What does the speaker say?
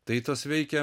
tai tas veikia